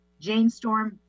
Janestorm